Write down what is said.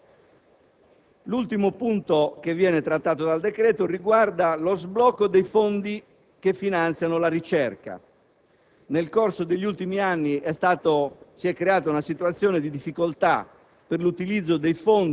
L'ultimo punto che viene trattato riguarda lo sblocco dei fondi che finanziano la ricerca. Nel corso degli ultimi anni si è creata una situazione di difficoltà